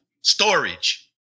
storage